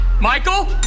Michael